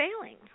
failing